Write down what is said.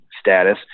status